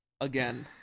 again